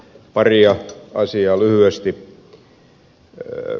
pariin asiaan lyhyesti